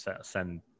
send